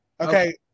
Okay